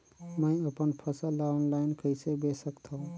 मैं अपन फसल ल ऑनलाइन कइसे बेच सकथव?